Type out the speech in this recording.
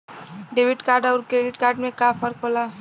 Debit card अउर credit card में का फर्क होला?